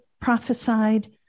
prophesied